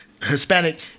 Hispanic